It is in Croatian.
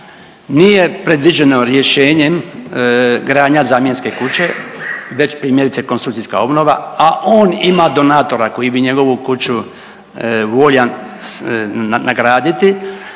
nije predviđeno rješenjem gradnja zamjenske kuće već primjerice konstrukcijska obnova, a on ima donatora koji bi njegovu kuću voljan nagraditi,